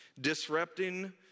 disrupting